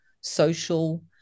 social